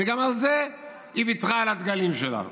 וגם בזה היא ויתרה על הדגלים שלה.